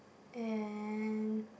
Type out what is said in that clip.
and